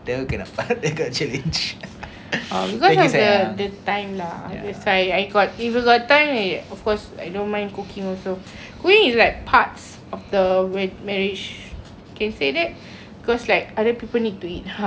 because of the time lah if I got time of course I don't mind cooking also where is like parts of the wedd~ marriage can say that because like other people need to eat but the thing is that uh to me